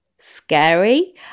scary